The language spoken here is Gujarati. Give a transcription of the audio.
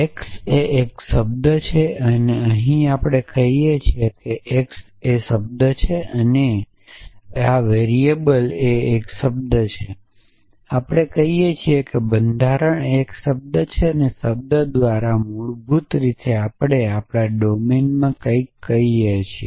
એક્સ એ એક શબ્દ છે અહીં આપણે કહીએ છીએ x એ એક શબ્દ છે અહીં આપણે કહીએ છીએ અહીં વેરીએબલ એ એક શબ્દ છે અહીં આપણે કહીએ છીએ કે બંધારણ એ શબ્દ છે અને શબ્દ દ્વારા મૂળભૂત રીતે આપણે આપણા ડોમેનમાં કંઈક કહીએ છીએ